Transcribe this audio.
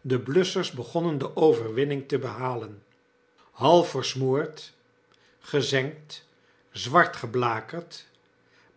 de blusschers begonnen de overwinning te behalen half versmoord gezengd zwartgeblakerd